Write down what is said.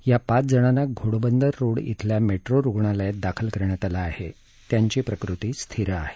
या पाच जणांना घोडबंदर रोड इथल्या मेट्रो रुग्णालयात दाखल केलं असून त्यांची प्रकृती स्थिर आहे